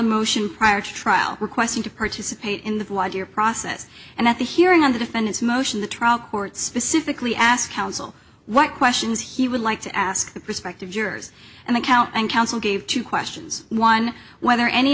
a motion prior to trial requesting to participate in the process and at the hearing on the defendant's motion the trial court specifically asked counsel what questions he would like to ask the prospective jurors and the count and counsel gave two questions one whether any